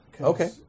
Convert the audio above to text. Okay